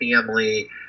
family